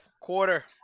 quarter